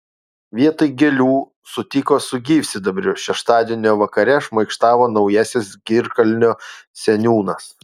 vietoj gėlių sutiko su gyvsidabriu šeštadienio vakare šmaikštavo naujasis girkalnio seniūnas